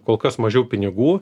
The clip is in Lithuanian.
kol kas mažiau pinigų